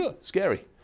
Scary